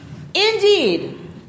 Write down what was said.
indeed